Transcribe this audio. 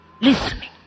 listening